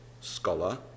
scholar